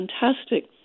fantastic